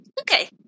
Okay